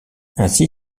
ainsi